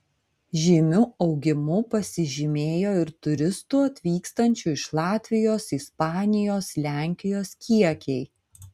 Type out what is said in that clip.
žymiu augimu pasižymėjo ir turistų atvykstančių iš latvijos ispanijos lenkijos kiekiai